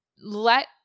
let